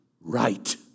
right